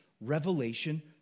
revelation